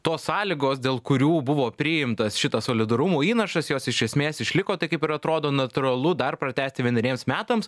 tos sąlygos dėl kurių buvo priimtas šitas solidarumo įnašas jos iš esmės išliko tai kaip ir atrodo natūralu dar pratęsti vieneriems metams